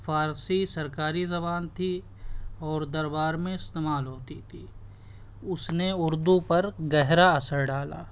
فارسی سرکاری زبان تھی اور دربار میں استعمال ہوتی تھی اس نے اردو پر گہرا اثر ڈالا